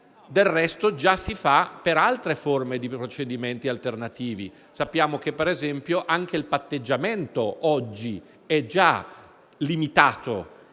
del resto già si fa per altre forme di procedimenti alternativi. Sappiamo che, per esempio, anche il patteggiamento oggi è limitato